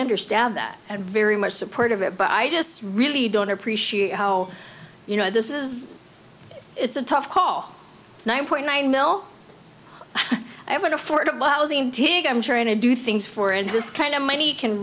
understand that and very much support of it but i just really don't appreciate how you know this is it's a tough call nine point nine mill i have an affordable housing tig i'm trying to do things for and this kind of money can